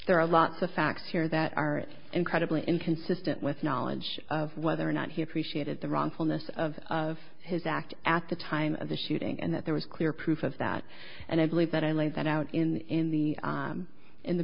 there are lots of facts here that are incredibly inconsistent with knowledge of whether or not he appreciated the wrongfulness of of his act at the time of the shooting and that there was clear proof of that and i believe that i laid that out in the in the